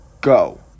Go